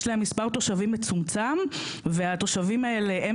יש להם מספר תושבים מצומצם והתושבים האלה הם